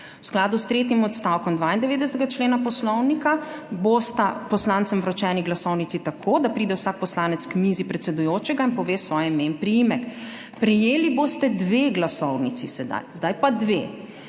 V skladu s tretjim odstavkom 92. člena Poslovnika bosta poslancem vročeni glasovnici tako, da pride vsak poslanec k mizi predsedujočega in pove svoje ime in priimek. Prejeli boste dve glasovnici, zdaj pa dve.